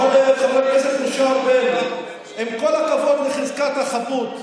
חבר הכנסת משה ארבל, עם כל הכבוד לחזקת החפות,